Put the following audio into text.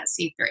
C3